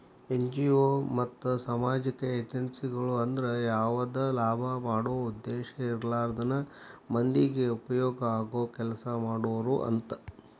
NGO ಮತ್ತ ಸಾಮಾಜಿಕ ಏಜೆನ್ಸಿಗಳು ಅಂದ್ರ ಯಾವದ ಲಾಭ ಮಾಡೋ ಉದ್ದೇಶ ಇರ್ಲಾರ್ದನ ಮಂದಿಗೆ ಉಪಯೋಗ ಆಗೋ ಕೆಲಸಾ ಮಾಡೋರು ಅಂತ